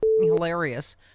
Hilarious